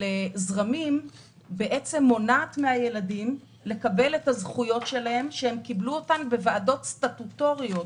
לזרמים מונעת מהם לקבל את הזכויות שהם קיבלו בוועדות סטטוטוריות.